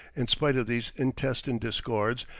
in spite of these intestine discords,